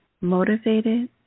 motivated